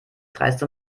dreiste